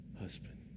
husband